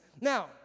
Now